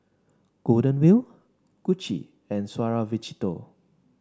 Golden Wheel Gucci and Suavecito